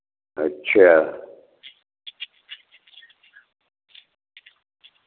अच्छा